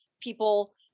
people